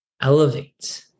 elevate